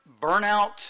burnout